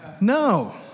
No